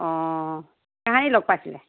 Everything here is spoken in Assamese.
অঁ লগ পাইছিলে